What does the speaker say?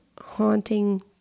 haunting